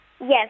Yes